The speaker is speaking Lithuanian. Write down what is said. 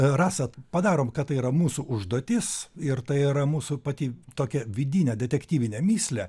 rasa padarom kad tai yra mūsų užduotis ir tai yra mūsų pati tokia vidinė detektyvinė mįslė